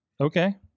Okay